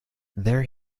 there